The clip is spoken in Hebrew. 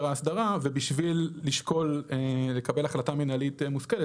האסדרה ובשביל לשקול לקבל החלטה מנהלית מושכלת,